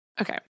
Okay